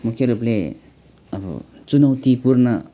मुख्य रूपले अब चुनौतीपूर्ण